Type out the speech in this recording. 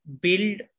build